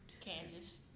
Kansas